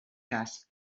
cas